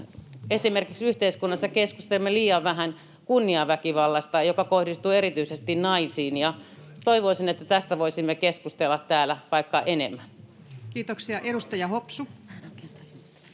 Tässä yhteiskunnassa keskustelemme liian vähän esimerkiksi kunniaväkivallasta, joka kohdistuu erityisesti naisiin, ja toivoisin, että tästä voisimme keskustella täällä vaikka enemmän. Kiitoksia. — Edustaja Hopsu.